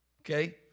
okay